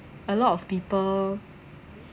a lot of people